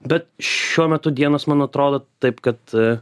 bet šiuo metu dienos man atrodo taip kad